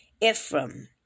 Ephraim